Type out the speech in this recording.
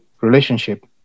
Relationship